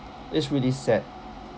it's really sad